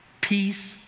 peace